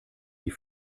die